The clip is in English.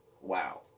Wow